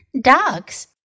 Dogs